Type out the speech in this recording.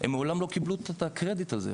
הם מעולם לא קיבלו את הקרדיט הזה,